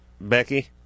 Becky